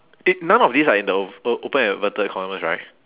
it none of these are in the o~ o~ open inverted commas right